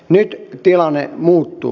nyt tilanne muuttuu